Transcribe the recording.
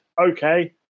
okay